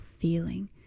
feeling